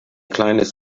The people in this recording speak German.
kleines